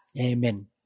Amen